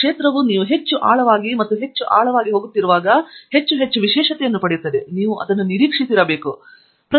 ಪ್ರದೇಶವು ನೀವು ಹೆಚ್ಚು ಆಳವಾಗಿ ಮತ್ತು ಆಳವಾಗಿ ಹೋಗುತ್ತಿರುವಾಗ ಹೆಚ್ಚು ಹೆಚ್ಚು ವಿಶೇಷತೆಯನ್ನು ಪಡೆಯುತ್ತದೆ ಮತ್ತು ನೀವು ಅದನ್ನು ನಿರೀಕ್ಷಿಸಿರಬೇಕು